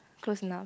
close enough